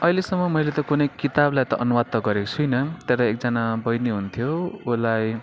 अहिलेसम्म मैले त कुनै किताबलाई त अनुवाद त गरेको छुइनँ तर एकजना बैनी हुन्थ्यो उसलाई